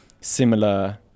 similar